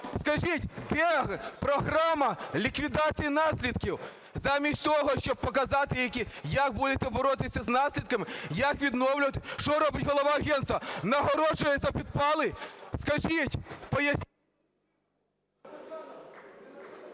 Скажіть, де програма ліквідації наслідків? Замість того щоб показати, як будете боротися з наслідками, як відновлювати, що робить голова агентства – нагороджує за підпали! Скажіть, поясніть…